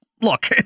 look